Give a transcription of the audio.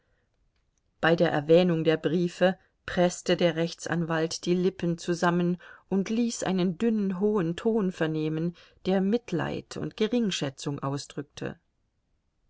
bei der erwähnung der briefe preßte der rechtsanwalt die lippen zusammen und ließ einen dünnen hohen ton vernehmen der mitleid und geringschätzung ausdrückte